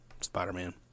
Spider-Man